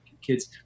kids